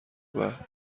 بعد